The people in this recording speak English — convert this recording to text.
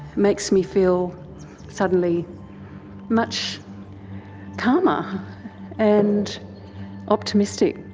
makes me feel suddenly much calmer and optimistic.